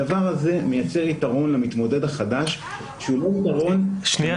הדבר הזה מייצר יתרון למתמודד החדש שהוא לא יתרון --- אז מה?